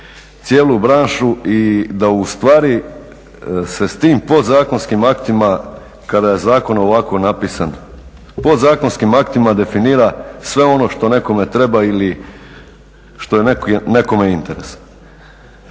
cijelu branšu i da ustvari se tim podzakonskim aktima kada je zakon ovako napisan, podzakonskim aktima definira sve ono što nekome treba i što je nekome interes.